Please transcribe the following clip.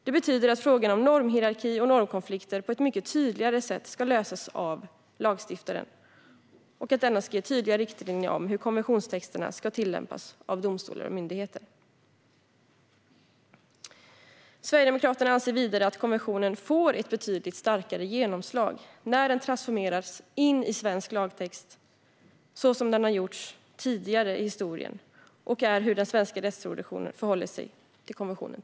Det betyder att frågan om normhierarki och normkonflikter på ett mycket tydligare sätt ska lösas av lagstiftaren och att denna ska ge tydliga riktlinjer om hur konventionstexterna ska tillämpas av domstolar och myndigheter. Sverigedemokraterna anser vidare att konventionen får ett betydligt starkare genomslag när den transformeras in i svensk lagtext på det sätt som har gjorts tidigare i historien och så som den svenska rättstraditionen tidigare har förhållit sig till konventionen.